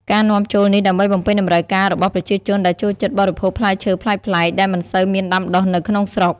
ការនាំចូលនេះដើម្បីបំពេញតម្រូវការរបស់ប្រជាជនដែលចូលចិត្តបរិភោគផ្លែឈើប្លែកៗ ដែលមិនសូវមានដាំដុះនៅក្នុងស្រុក។